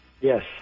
yes